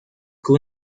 con